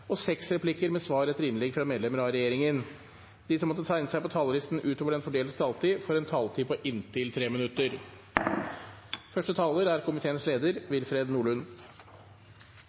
og seks replikkar med svar etter innlegg frå medlemer av regjeringa. Vidare vil dei som måtte teikna seg på talarlista utover den fordelte taletida, få ei taletid på inntil